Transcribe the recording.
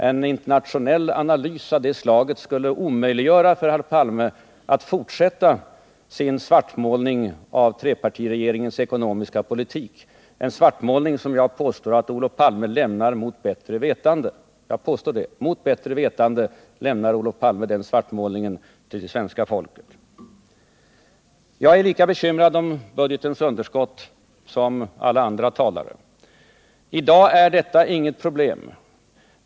En internationell analys av det slaget skulle omöjliggöra för herr Palme att fortsätta sin svartmålning av trepartiregeringens ekonomiska politik. Jag vill påstå att Olof Palme lämnar denna svartmålning till det svenska folket mot bättre vetande. Jag är lika bekymrad när det gäller budgetens underskott som alla andra talare. I dag är detta inget problem.